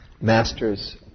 Masters